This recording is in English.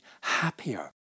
happier